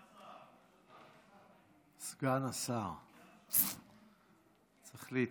סגן השר, צריך להתרגל,